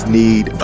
need